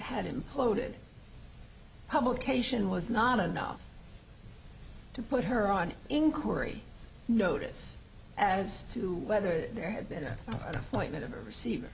had imploded publication was not enough to put her on inquiry notice as to whether there had been like that ever receive